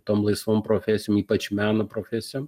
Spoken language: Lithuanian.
tom laisvom profesijom ypač meno profesijom